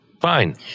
fine